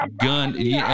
gun